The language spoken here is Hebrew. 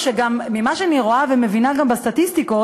לחשוב מה עובר זוג שבמהלך התקופה הזאת נמצא במערכת טיפולים,